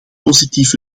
positief